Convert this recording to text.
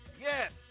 Yes